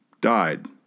Died